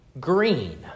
green